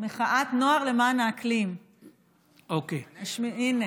מחאת נוער למען האקלים, הינה,